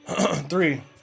Three